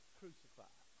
crucified